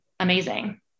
amazing